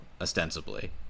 ostensibly